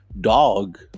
dog